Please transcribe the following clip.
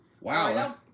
Wow